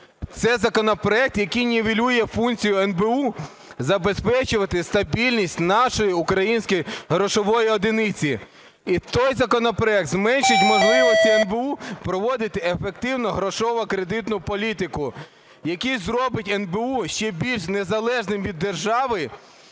Це законопроект, який нівелює функцію НБУ забезпечувати стабільність нашої української грошової одиниці. І той законопроект зменшить можливості НБУ проводити ефективну грошово-кредитну політику, який зробить НБУ ще більш незалежним від держави